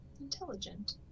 Intelligent